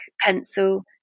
pencil